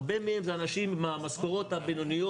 הרבה מהם זה אנשים עם המשכורות הבינוניות-גבוהות,